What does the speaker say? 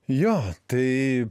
jo tai